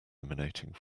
emanating